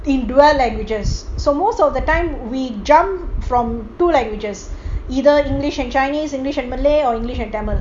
in dual languages so most of the time we jump from two languages either english and chinese english and malay or english and tamil